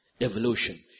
evolution